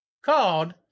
called